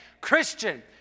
Christian